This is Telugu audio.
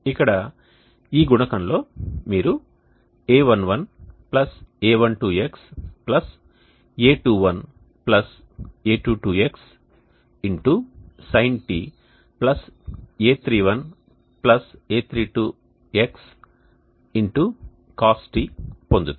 ఇక్కడ ఈ గుణకంలో మీరు a11a12xa21a22xsinτa31a32xcosτ పొందుతారు